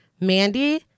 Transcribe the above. Mandy